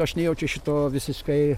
aš nejaučiu šito visiškai